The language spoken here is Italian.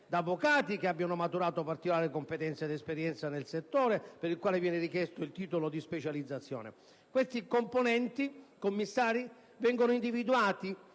da avvocati che abbiano maturato particolare competenza ed esperienza nel settore, per il quale viene richiesto il titolo di specificazione. Questi componenti commissari vengono individuati,